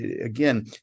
again